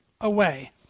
away